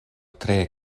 tre